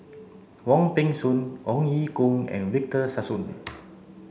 Wong Peng Soon Ong Ye Kung and Victor Sassoon